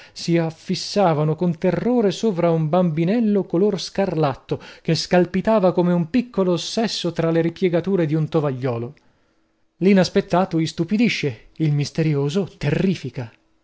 si affissavano con terrore sovra un bambinello color scarlatto che scalpitava come un piccolo ossesso tra le ripiegature di un tovagliolo l'inaspettato istupidisce il misterioso terrifica